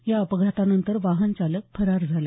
या अपघातानंतर वाहनचालक फरार झाला